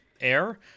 air